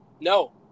No